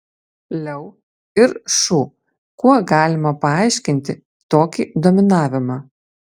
leu ir šu kuo galima paaiškinti tokį dominavimą